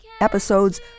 episodes